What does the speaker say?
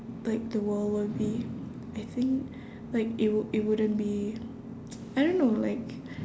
like the world will be I think like it wou~ it wouldn't be I don't know like